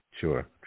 Sure